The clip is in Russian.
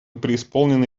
преисполнены